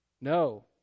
No